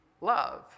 love